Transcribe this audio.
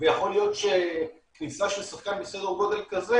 ויכול להיות שכניסה של שחקן בסדר גודל כזה